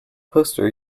poster